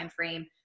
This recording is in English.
timeframe